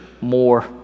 more